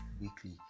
weekly